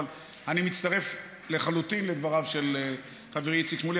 אבל אני מצטרף לחלוטין לדבריו של חברי איציק שמולי.